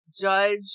judge